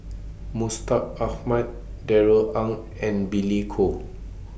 Mustaq Ahmad Darrell Ang and Billy Koh